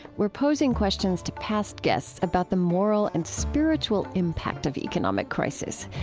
we're posing questions to past guests about the moral and spiritual impact of economic crisis.